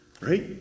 right